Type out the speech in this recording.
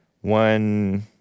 one